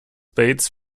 bates